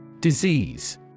Disease